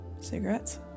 Cigarettes